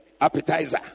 appetizer